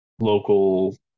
local